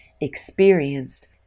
experienced